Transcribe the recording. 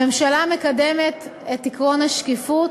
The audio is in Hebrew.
הממשלה מקדמת את עקרון השקיפות,